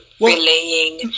relaying